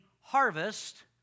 harvest